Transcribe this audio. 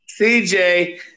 CJ